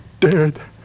dead